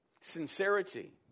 Sincerity